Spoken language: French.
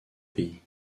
pays